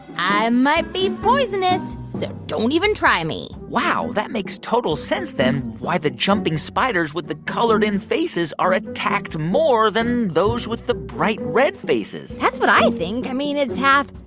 i might be poisonous. so don't even try me wow. that makes total sense, then, why the jumping spiders with the colored-in faces are attacked more than those with the bright-red faces that's what i think. i mean, it's half,